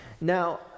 Now